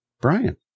Brian